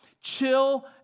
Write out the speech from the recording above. chill